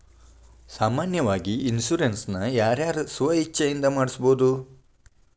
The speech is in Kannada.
ಸಾಮಾನ್ಯಾವಾಗಿ ಇನ್ಸುರೆನ್ಸ್ ನ ಯಾರ್ ಯಾರ್ ಸ್ವ ಇಛ್ಛೆಇಂದಾ ಮಾಡ್ಸಬೊದು?